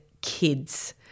kids